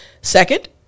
Second